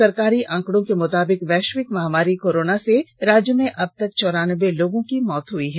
सरकारी आंकड़ों के मुताबिक वैश्विक महामारी कोरोना से राज्य में अब तक चौरानवे लोगों की मौत हुई है